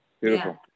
Beautiful